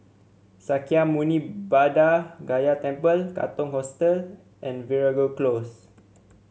Sakya Muni Buddha Gaya Temple Katong Hostel and Veeragoo Close